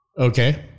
Okay